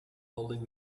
holding